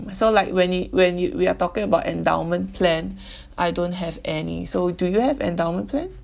so like when y~ when you we are talking about endowment plan I don't have any so do you have endowment plan